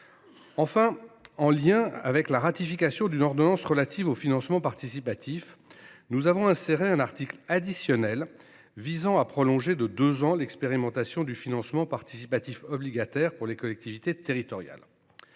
Enfin, en lien avec la ratification d’une ordonnance relative au financement participatif, nous avons inséré un article additionnel visant à prolonger de deux ans l’expérimentation du financement participatif obligataire pour les collectivités territoriales.